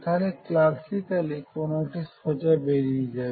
তাহলে ক্লাসিক্যালি কোনটি সোজা বেরিয়ে যাবে